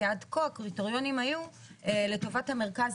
כי עד כה הקריטריונים היו לטובת המרכז